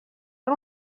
ari